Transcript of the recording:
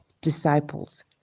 disciples